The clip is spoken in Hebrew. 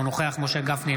אינו נוכח משה גפני,